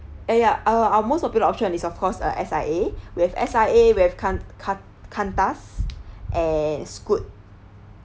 ya ya uh our most popular option is of course uh S_I_A we have S_I_A we have qan~ qan~ Qantas and Scoot